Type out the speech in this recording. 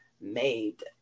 made